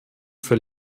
für